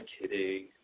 kidding